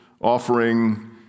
offering